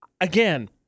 Again